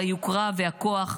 היוקרה והכוח,